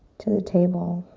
to the table,